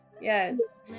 Yes